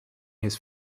his